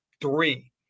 three